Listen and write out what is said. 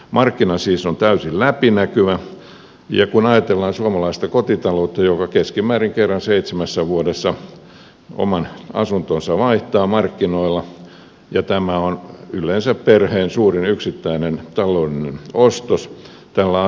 markkina siis on täysin läpinäkyvä ja kun ajatellaan suomalaista kotitaloutta joka keskimäärin kerran seitsemässä vuodessa oman asuntonsa vaihtaa markkinoilla ja tämä on yleensä perheen suurin yksittäinen taloudellinen ostos tällä asialla on merkitystä